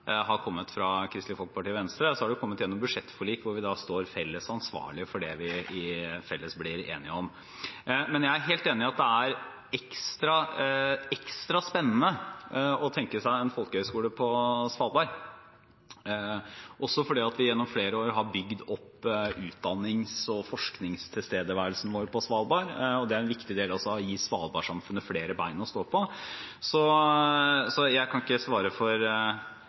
har kommet fra Kristelig Folkeparti og Venstre, så har det kommet gjennom budsjettforlik hvor vi står felles ansvarlig for det vi blir enige om. Jeg er helt enig i at det er ekstra spennende å tenke seg en folkehøyskole på Svalbard, også fordi vi gjennom flere år har bygd opp utdannings- og forskningstilstedeværelsen vår på Svalbard. Det er en viktig del av det å gi Svalbard-samfunnet flere bein å stå på. Jeg kan ikke